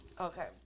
Okay